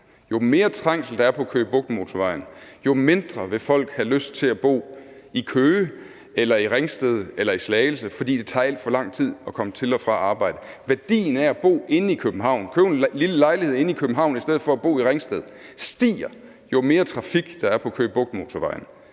Jo mere trængsel der er på Køge Bugt Motorvejen, jo mindre vil folk have lyst til at bo i Køge eller i Ringsted eller i Slagelse, fordi det tager alt for lang tid at komme til og fra arbejde. Værdien af at bo inde i København, købe en lille lejlighed inde i København i stedet for at bo i Ringsted stiger, jo mere trafik der er på Køge Bugt Motorvejen.